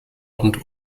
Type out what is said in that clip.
und